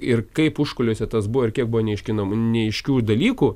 ir kaip užkulisiuose tas buvo ir kiek buvo neiškan neaiškių dalykų